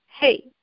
hey